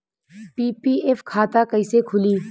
PPF खाता कैसे खुली?